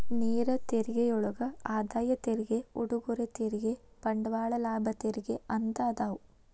ನೇರ ತೆರಿಗೆಯೊಳಗ ಆದಾಯ ತೆರಿಗೆ ಉಡುಗೊರೆ ತೆರಿಗೆ ಬಂಡವಾಳ ಲಾಭ ತೆರಿಗೆ ಅಂತ ಅದಾವ